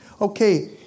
Okay